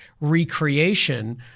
recreation